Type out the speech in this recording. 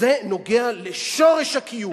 זה נוגע לשורש הקיום.